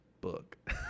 book